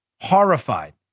Horrified